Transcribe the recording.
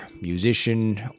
musician